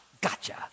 gotcha